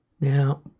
Now